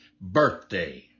birthday